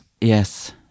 Yes